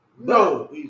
No